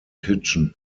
kitchen